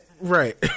right